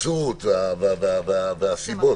התפרצות והסיבות.